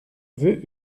veux